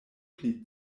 pli